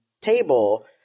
table